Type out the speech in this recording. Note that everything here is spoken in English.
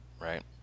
right